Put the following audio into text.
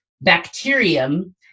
bacterium